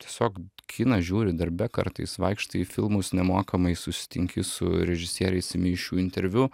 tiesiog kiną žiūri darbe kartais vaikštai į filmus nemokamai susitinki su režisieriais imi iš jų interviu